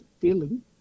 Feeling